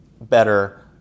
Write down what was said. better